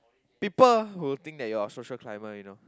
people will think that you're a social climber you know